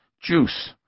Juice